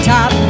Top